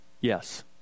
Yes